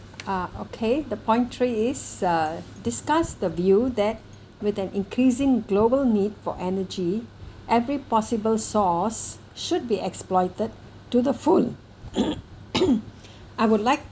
ah okay the point three is uh discuss the view that with an increasing global need for energy every possible source should be exploited to the full I would like